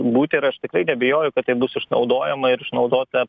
būt ir aš tikrai neabejoju kad tai bus išnaudojama ir išnaudota